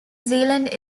zealand